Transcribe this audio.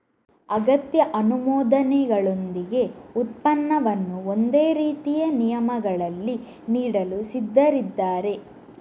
ಅಗತ್ಯ ಅನುಮೋದನೆಗಳೊಂದಿಗೆ ಉತ್ಪನ್ನವನ್ನು ಒಂದೇ ರೀತಿಯ ನಿಯಮಗಳಲ್ಲಿ ನೀಡಲು ಸಿದ್ಧರಿದ್ದಾರೆ